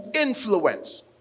influence